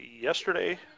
yesterday